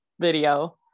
video